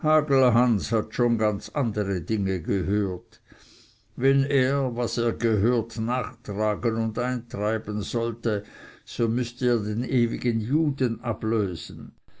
hat schon ganz andere dinge gehört wenn er was er gehört nachtragen und eintreiben sollte so müßte er den ewigen juden ablösen